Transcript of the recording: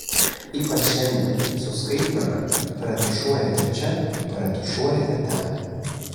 ypač šiandien su skaitmena paretušuojate čia paretušuojate ten